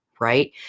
right